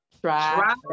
try